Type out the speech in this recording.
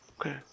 Okay